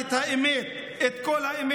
תאמרי את דברייך.